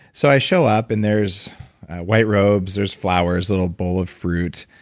so i show up and there's white robes, there's flowers, little bowl of fruit,